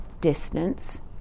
distance